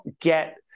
get